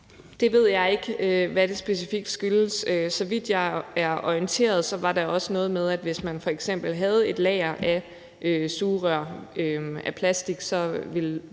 Jeg ved ikke, hvad det specifikt skyldes. Så vidt jeg er orienteret, var der også noget med, at hvis man f.eks. havde et lager af sugerør af plastik, eller